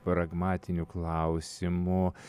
pragmatinių klausimų